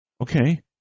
Okay